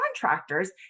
contractors